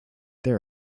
there